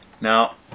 Now